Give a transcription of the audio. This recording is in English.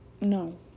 no